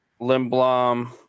Limblom